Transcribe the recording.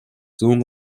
зүүн